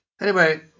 Anyway